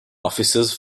offices